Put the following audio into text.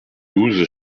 douze